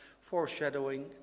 foreshadowing